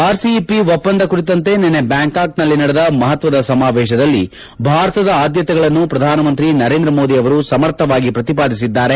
RCEP ಒಪ್ಪಂದ ಕುರಿತಂತೆ ನಿನ್ನೆ ಬ್ಯಾಂಕಾಕ್ನಲ್ಲಿ ನಡೆದ ಮಹತ್ವದ ಸಮಾವೇಶದಲ್ಲಿ ಭಾರತದ ಆದ್ಯತೆಗಳನ್ನು ಪ್ರಧಾನಮಂತ್ರಿ ನರೇಂದ್ರ ಮೋದಿ ಅವರು ಸಮರ್ಥವಾಗಿ ಪ್ರತಿಪಾದಿಸಿದ್ದಾರೆ